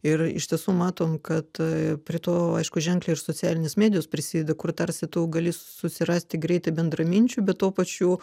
ir iš tiesų matom kad prie to aišku ženkliai ir socialinės medijos prisideda kur tarsi tu gali susirasti greitai bendraminčių bet tuo pačiu